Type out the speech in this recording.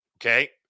okay